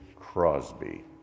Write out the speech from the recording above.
Crosby